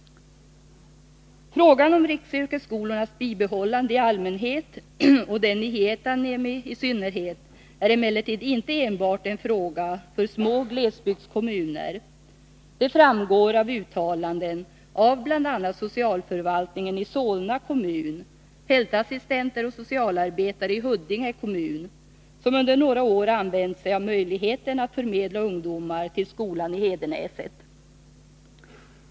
Frågan om riksyrkesskolornas bibehållande i allmänhet och den i Hietaniemi i synnerhet är emellertid inte enbart en fråga för små glesbygdskommuner. Det framgår av ett uttalande av bl.a. socialförvaltningen i Solna kommun samt fältassistenter och socialarbetare i Huddinge kommun, som under några år har använt sig av möjligheten att förmedla ungdomar till skolan i Hedenäset.